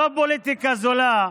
עזוב פוליטיקה זולה.